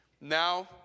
Now